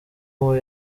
uwo